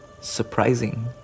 Surprising